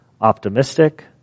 optimistic